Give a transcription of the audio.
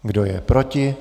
Kdo je proti?